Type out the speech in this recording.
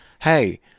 Hey